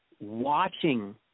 watching